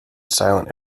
silent